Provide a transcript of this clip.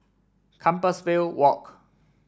Compassvale Walk